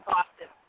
Boston